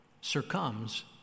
succumbs